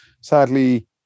sadly